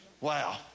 Wow